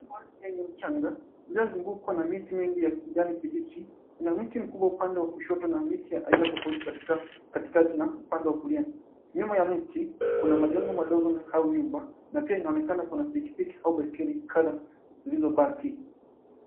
Pwani yenye mchanga uliozungukwa na miti mingi ya kijani kibichi kuna mti mkubwa upande wa kushoto na miti ya aina tofauti katikati na upande wa kulia. Nyuma ya mti kuna majengo madogo na au nyumba na pia inaonekana kuna pikipiki au baiskeli kadha ziliziobaki.